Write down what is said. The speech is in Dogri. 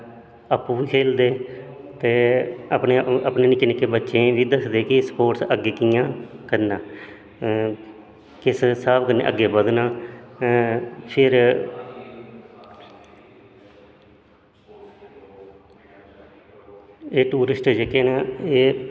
आपूं बी खेढदे ते अपने निक्कें निक्कें बच्चें गी बी दस्सदे कि स्पोटस अग्गें कि'यां करना किस स्हाब कन्नै अग्गें बधना फिर एह् टूरिस्ट जेह्के न एह्